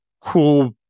cool